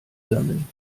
sammeln